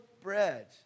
bread